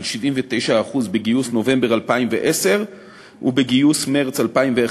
79% בגיוס נובמבר 2010 ובגיוס מרס 2011,